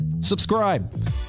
subscribe